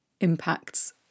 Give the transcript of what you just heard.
impacts